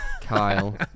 kyle